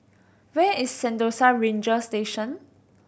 where is Sentosa Ranger Station